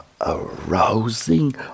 arousing